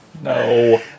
No